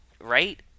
Right